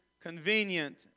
convenient